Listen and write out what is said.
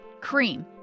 cream